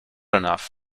enough